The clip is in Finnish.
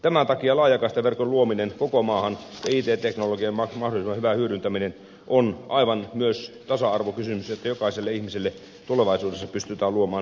tämän takia laajakaistaverkon luominen koko maahan ja it teknologian mahdollisimman hyvä hyödyntäminen ovat myös aivan tasa arvokysymys että jokaiselle ihmiselle tulevaisuudessa pystytään luomaan hyvät terveydenhuoltopalvelut